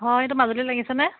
হয় এইটো মাজুলীত লাগিছেনে